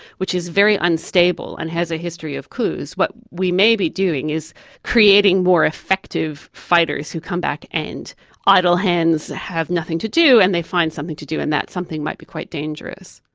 which is very unstable and has a history of coups, what we may be doing is creating more effective fighters who come back and idle hands have nothing to do and they find something to do, and that something might be quite dangerous.